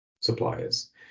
suppliers